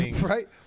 Right